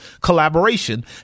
Collaboration